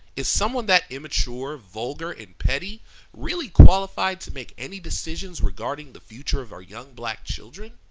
is someone that immature, vulgar, and petty really qualified to make any decisions regarding the future of our young black children?